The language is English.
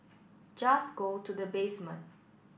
just go to the basement